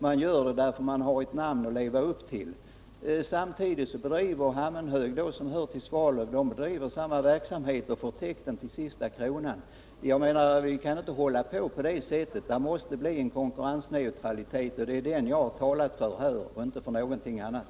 Man gör det därför att man har ett namn att leva upp till. Samtidigt bedriver Hammenhög, som hör till Svalöf, samma verksamhet och får kostnaden täckt till sista kronan. Det kan inte fortsätta på det sättet. Det måste bli en konkurrensneutralitet, och det är den jag har talat för här, inte för någonting annat.